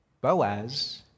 Boaz